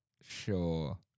Sure